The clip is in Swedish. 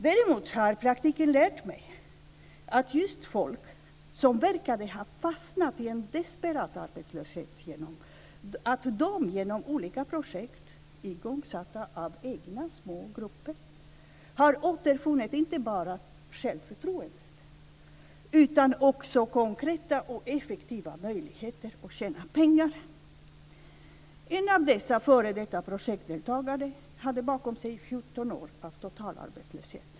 Däremot har praktiken lärt mig att just folk som verkar ha fastnat i en desperat arbetslöshet, genom olika projekt igångsatta av egna små grupper, har återfunnit inte bara självförtroendet utan också konkreta och effektiva möjligheter att tjäna pengar. En av dessa f.d. projektdeltagare hade bakom sig 14 år av total arbetslöshet.